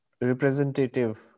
representative